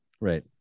Right